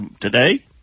today